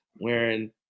wearing